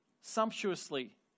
sumptuously